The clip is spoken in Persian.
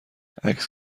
عکس